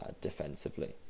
defensively